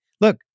Look